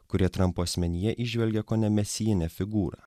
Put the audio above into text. kurie trampo asmenyje įžvelgė kone mesijinę figūrą